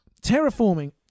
terraforming